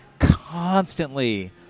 constantly